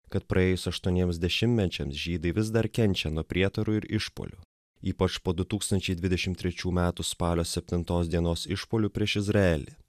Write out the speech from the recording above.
kad praėjus aštuoniems dešimtmečiams žydai vis dar kenčia nuo prietarų ir išpuolių ypač po du tūkstančiai dvidešimt trečių metų spalio septintos dienos išpuolių prieš izraelį